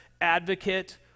advocate